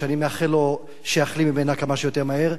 ואני מאחל לו שיחלים ממנה כמה שיותר מהר,